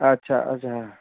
आच्छा अच्छा